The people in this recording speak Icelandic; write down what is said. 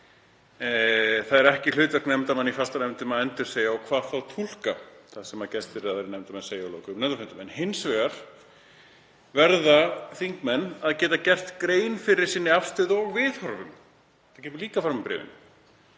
það sé ekki hlutverk nefndarmanna í fastanefndum að endursegja og hvað þá túlka það sem gestir eða aðrir nefndarmenn segja á lokuðum nefndarfundum. En hins vegar verða þingmenn að geta gert grein fyrir afstöðu sinni og viðhorfum. Það kemur líka fram í bréfinu.